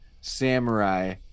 samurai